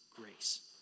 grace